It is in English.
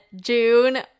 June